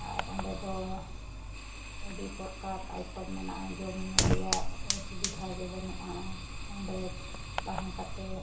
ᱟᱨ ᱚᱸᱰᱮ ᱫᱚ ᱟᱹᱰᱤ ᱯᱚᱨᱠᱟᱨ ᱢᱮᱱᱟᱜᱼᱟ ᱡᱚᱢᱼᱧᱩ ᱨᱮᱭᱟᱜ ᱚᱥᱩᱵᱤᱫᱷᱟ ᱜᱮ ᱵᱟᱹᱱᱩᱜᱼᱟ ᱚᱸᱰᱮ ᱛᱟᱦᱮᱸ ᱠᱟᱛᱮᱫ